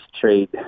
trade